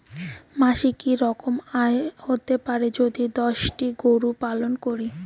মাসিক কি রকম আয় হতে পারে যদি দশটি গরু পালন করি?